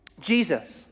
Jesus